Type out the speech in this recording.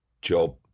job